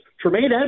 Tremaine